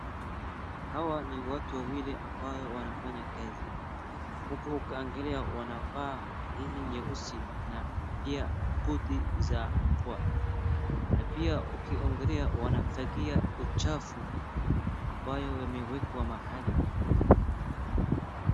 hawa ni watu wawili ambao wanafanya kazi huku ukingalia wanavaa jezi nyeusi na buti za mvua na pia ukiangalia wanafagia uchafu ambayo yamewekwa mahali